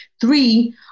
three